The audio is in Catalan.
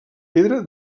pedra